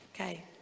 Okay